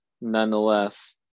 Nonetheless